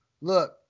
Look